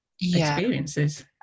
experiences